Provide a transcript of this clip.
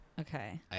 Okay